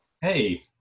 Hey